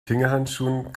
fingerhandschuhen